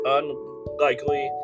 unlikely